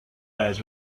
airs